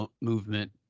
movement